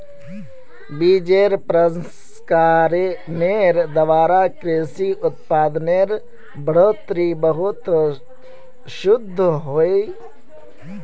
बिजेर प्रसंस्करनेर द्वारा कृषि उत्पादेर बढ़ोतरीत बहुत शोध होइए